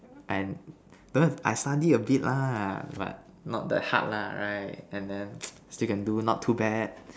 and don't have I study a bit lah but not that hard lah right and then still can do not too bad